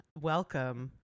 Welcome